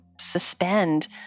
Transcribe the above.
suspend